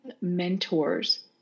mentors